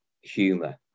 humor